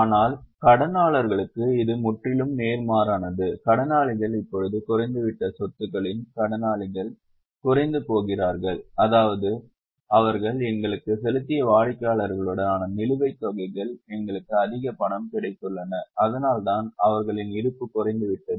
ஆனால் கடனாளர்களுக்கு இது முற்றிலும் நேர்மாறானது கடனாளிகள் இப்போது குறைந்துவிட்ட சொத்துக்களில் கடனாளிகள் குறைந்து போகிறார்கள் அதாவது அவர்கள் எங்களுக்கு செலுத்திய வாடிக்கையாளர்களுடனான நிலுவைத் தொகைகள் எங்களுக்கு அதிக பணம் கிடைத்துள்ளன அதனால்தான் அவர்களின் இருப்பு குறைந்துவிட்டது